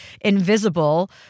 invisible